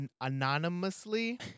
anonymously